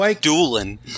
dueling